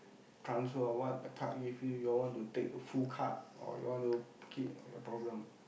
transfer or what the card give you you all want to take the full card or you want to keep your problem